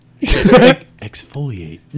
exfoliate